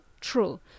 true